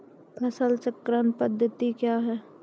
फसल चक्रण पद्धति क्या हैं?